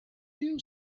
you